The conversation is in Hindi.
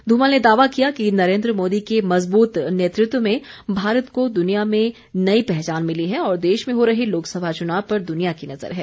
ध्रमल ने दावा किया कि नरेन्द्र मोदी के मजबूत नेतृत्व में भारत को दुनिया में नई पहचान मिली है और देश में हो रहे लोकसभा चुनाव पर दुनिया की नजर है